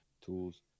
tools